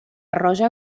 roja